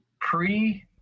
pre